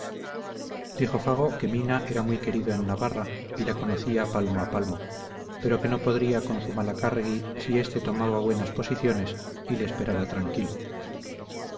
dijo fago que mina era muy querido en navarra y la conocía palmo a palmo pero que no podría con zumalacárregui si éste tomaba buenas posiciones y le esperaba tranquilo